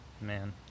Man